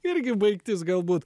irgi baigtis galbūt